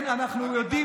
להחזיר